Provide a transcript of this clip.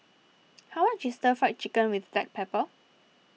how much is Stir Fried Chicken with Black Pepper